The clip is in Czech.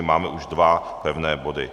Máme už dva pevné body.